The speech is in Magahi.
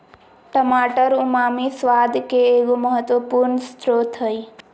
टमाटर उमामी स्वाद के एगो महत्वपूर्ण स्रोत हइ